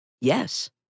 Yes